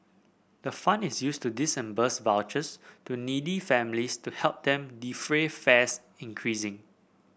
the fund is used to vouchers to needy families to help them defray fares increasing